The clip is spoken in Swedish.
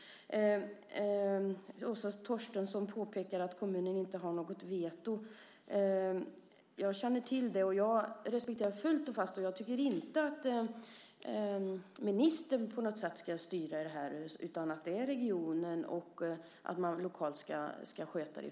Åsa Torstensson påpekar att kommunen inte har något veto. Jag känner till det och respekterar det fullt och fast. Jag tycker inte heller att ministern på något sätt ska styra i detta, utan det är i första hand regionalt och lokalt man ska sköta det.